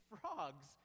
frogs